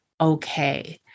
okay